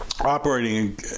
operating